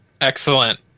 excellent